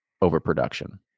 overproduction